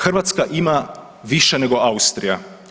Hrvatska ima više nego Austrija.